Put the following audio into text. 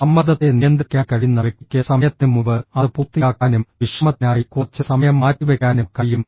സമ്മർദ്ദത്തെ നിയന്ത്രിക്കാൻ കഴിയുന്ന വ്യക്തിക്ക് സമയത്തിന് മുമ്പ് അത് പൂർത്തിയാക്കാനും വിശ്രമത്തിനായി കുറച്ച് സമയം മാറ്റിവെക്കാനും കഴിയും